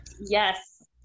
Yes